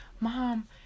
Mom